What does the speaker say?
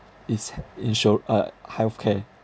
is insu~ uh healthcare